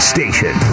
Station